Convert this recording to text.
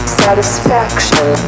satisfaction